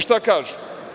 Šta kažu?